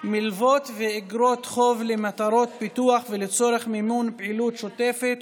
(מלוות ואגרות חוב למטרות פיתוח ולצורך מימון פעילות שוטפת,